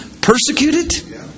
persecuted